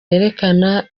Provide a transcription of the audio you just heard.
yerekana